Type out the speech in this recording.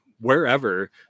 wherever